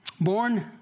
born